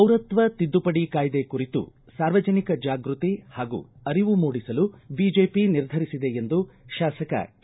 ಪೌರತ್ವ ತಿದ್ದುಪಡಿ ಕಾಯ್ದೆ ಕುರಿತು ಸಾರ್ವಜನಿಕ ಜಾಗೃತಿ ಹಾಗೂ ಅರಿವು ಮೂಡಿಸಲು ಬಿಜೆಪಿ ನಿರ್ಧರಿಸಿದೆ ಎಂದು ಶಾಸಕ ಕೆ